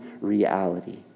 reality